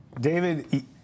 David